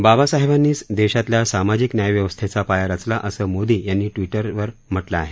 बाबासाहेबांनीच देशातल्या सामाजिक न्याय व्यवस्थेचा पाया रचला असं मोदी यांनी ट्विटर संदेशात म्हटलंय